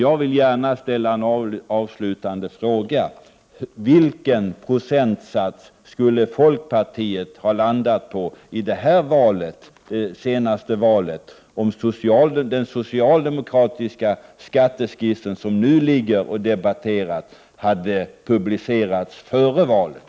Jag vill gärna ställa en avslutande fråga: Vilken procentsats skulle folkpartiet ha landat på i det senaste valet om den socialdemokratiska skatteskiss som nu debatteras hade publicerats före valet?